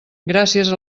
gràcies